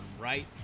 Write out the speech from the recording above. right